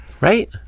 right